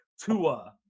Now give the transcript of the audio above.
Tua